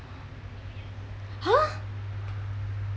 !huh!